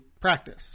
practice